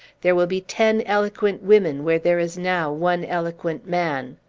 there will be ten eloquent women where there is now one eloquent man.